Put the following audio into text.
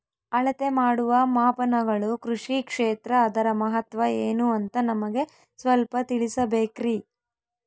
ಅಳತೆ ಮಾಡುವ ಮಾಪನಗಳು ಕೃಷಿ ಕ್ಷೇತ್ರ ಅದರ ಮಹತ್ವ ಏನು ಅಂತ ನಮಗೆ ಸ್ವಲ್ಪ ತಿಳಿಸಬೇಕ್ರಿ?